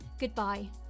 goodbye